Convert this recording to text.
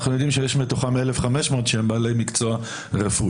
אנחנו יודעים שיש מתוכם 1,500 שהם בעלי מקצוע רפואי.